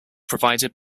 provided